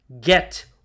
get